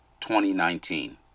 2019